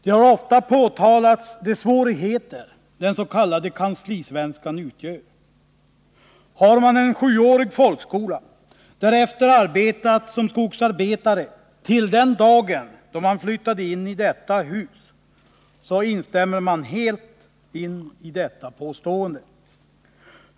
De svårigheter som den s.k. kanslisvenskan utgör har ofta påtalats. Har man en sjuårig folkskola och därefter har arbetat som skogsarbetare till den dag då man flyttade in i detta hus, instämmer man helt i detta påstående.